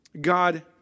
God